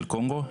של קונגו,